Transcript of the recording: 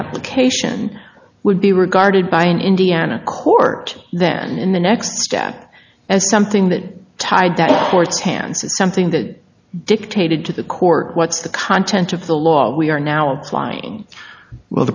application would be regarded by an indiana court then in the next step as something that tied the courts hands is something that dictated to the court what's the content of the law we are now applying well